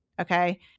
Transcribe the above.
okay